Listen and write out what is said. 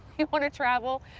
you wanna travel?